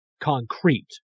concrete